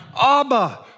Abba